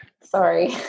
sorry